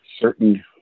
certain